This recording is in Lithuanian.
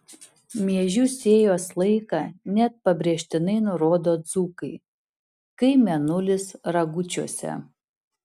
miežių sėjos laiką net pabrėžtinai nurodo dzūkai kai mėnulis ragučiuose